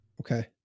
Okay